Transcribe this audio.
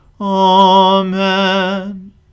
Amen